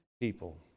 people